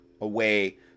away